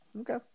Okay